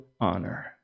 honor